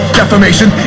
defamation